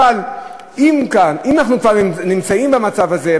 אבל אם אנחנו כבר נמצאים במצב הזה,